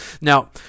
Now